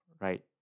right